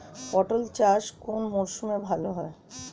পটল চাষ কোন মরশুমে ভাল হয়?